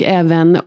även